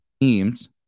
teams